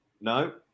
No